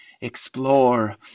explore